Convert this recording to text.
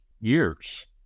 years